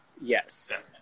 Yes